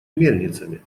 мельницами